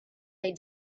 they